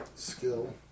Skill